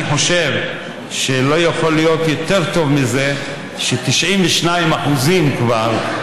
אני חושב שלא יכול להיות יותר טוב מזה ש-92% מהתקציב,